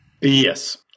Yes